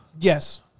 Yes